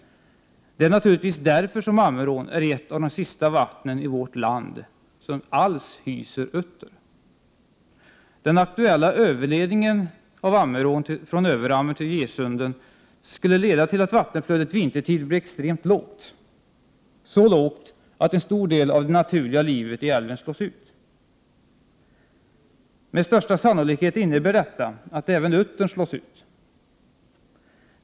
Det är naturligtvis därför som Ammerån är ett av de sista vattnen i vårt land som över huvud taget hyser utter. Den aktuella överledningen av Ammerån från Överammer till Gesunden skulle leda till att vattenflödet vintertid blev extremt lågt, så lågt att en stor del av det naturliga livet i älven slås ut. Med största sannolikhet innebär detta att även uttern slås ut.